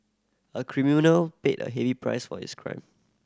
a criminal paid a heavy price for his crime